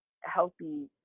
healthy